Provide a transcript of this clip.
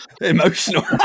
Emotional